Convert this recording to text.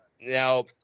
now